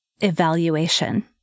evaluation